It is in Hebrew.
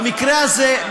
במקרה הזה,